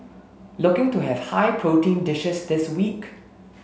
looking to have high protein dishes this week